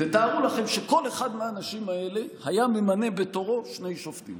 תתארו לכם שכל אחד מהאנשים האלה היה ממנה בתורו שני שופטים.